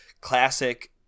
classic